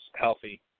healthy